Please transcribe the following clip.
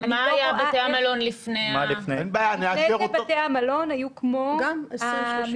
מה היה בתי המלון לפני --- לפני זה בתי המלון היו כמו המסעדות.